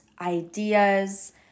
ideas